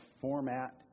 format